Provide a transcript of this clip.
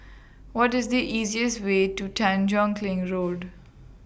What IS The easiest Way to Tanjong Kling Road